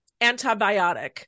antibiotic